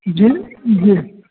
जी जी